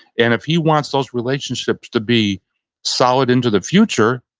and if he wants those relationships to be solid into the future,